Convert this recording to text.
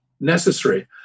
necessary